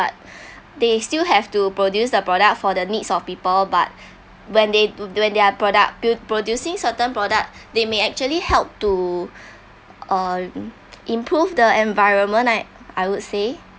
but they still have to produce the product for the needs of people but when they bu~ when their product pu~ producing certain product they may actually help to uh improve the environment I would say